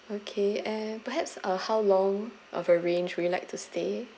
okay and perhaps uh how long of a range would you liked to stay